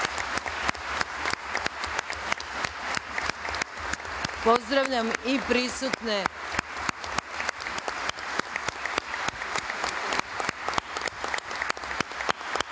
Pozdravljam i prisutne